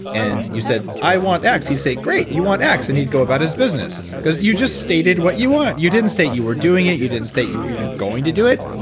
and you said, i want x, he say great, you want x, and he'd go about his business, because you just stated what you want. you didn't say you were doing it. you didn't say you were even going to do it.